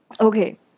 Okay